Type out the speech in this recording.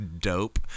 dope